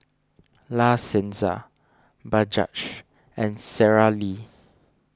La Senza Bajaj and Sara Lee